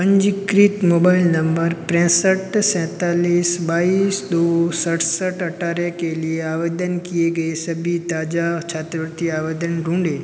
पंजीकृत मोबाइल नम्बर पैन्सठ सैन्तालीस बाईस दो सड़सठ अट्ठारह के लिए आवेदन किए गए सभी ताज़ा छात्रवृत्ति आवेदन ढूँढें